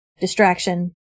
distraction